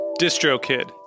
DistroKid